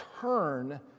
turn